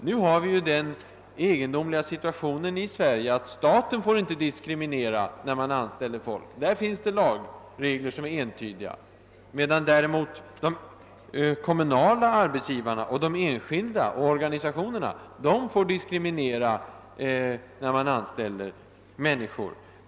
Vi har ju nu den situationen här i landet att staten inte får diskriminera vid anställning av människor, ty där finns det entydiga lagregler, men kommunala och enskilda arbetsgivare och organisationer får göra det.